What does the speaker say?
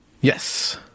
Yes